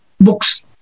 books